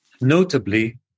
notably